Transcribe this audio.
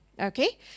okay